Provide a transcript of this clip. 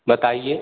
बताइए